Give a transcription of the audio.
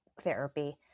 therapy